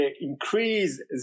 increase